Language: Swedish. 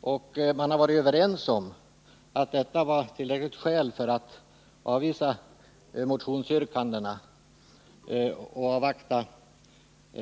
49. Utskottet har varit överens om att avvakta utredningens slutbehandling och remissbehandlingen.